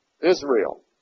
Israel